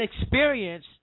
experience